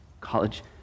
college